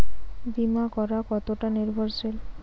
বীমা করা কতোটা নির্ভরশীল?